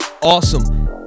Awesome